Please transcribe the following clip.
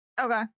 Okay